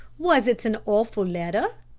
was it an awful letter?